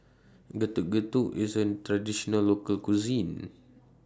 Getuk Getuk IS A Traditional Local Cuisine